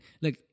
look